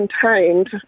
contained